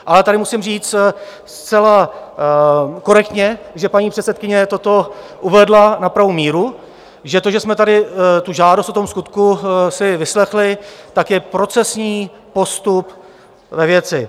Ale tady musím říct zcela korektně, že paní předsedkyně toto uvedla na pravou míru, že to, že jsme si tady tu žádost o tom skutku vyslechli, je procesní postup ve věci.